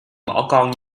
con